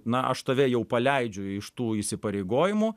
na aš tave jau paleidžiu iš tų įsipareigojimų